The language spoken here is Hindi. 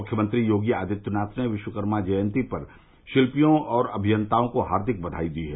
मुख्यमंत्री योगी आदित्यनाथ ने विश्वकर्मा जयंती पर शिल्पियों और अमियंताओं को हार्दिक बधाई दी है